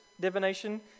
divination